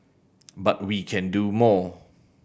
but we can do more